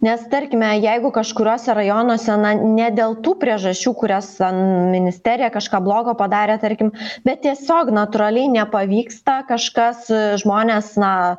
nes tarkime jeigu kažkuriose rajonuose na dėl tų priežasčių kurios ministerija kažką blogo padarė tarkim bet tiesiog natūraliai nepavyksta kažkas žmonės na